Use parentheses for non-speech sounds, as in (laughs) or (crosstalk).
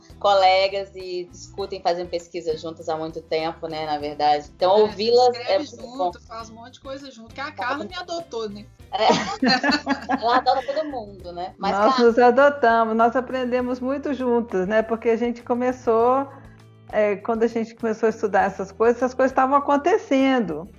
colegas e discutem, fazem pesquisa juntas há muito tempo, né, na verdade. Então, É, a gente ouvi-las é escreve muito bom. junto, faz um monte de coisa junto, que a Carla Ela- me adotou, né? (laughs) É. Ela adota todo mundo, né? Mas, Nós Carla- nos adotamos, nós aprendemos muito juntas, né? Porque a gente começou, é, quando a gente começou a estudar essas coisas, essas coisas tavam acontecendo.